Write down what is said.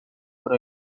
por